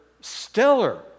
stellar